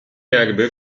jakby